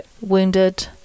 wounded